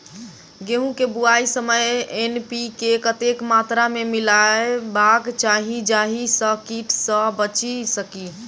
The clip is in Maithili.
गेंहूँ केँ बुआई समय एन.पी.के कतेक मात्रा मे मिलायबाक चाहि जाहि सँ कीट सँ बचि सकी?